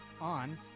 on